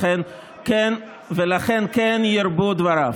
לכן כן ירבו דבריו.